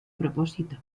propósito